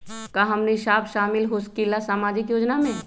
का हमनी साब शामिल होसकीला सामाजिक योजना मे?